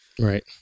Right